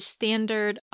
Standard